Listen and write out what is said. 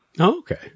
Okay